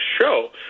show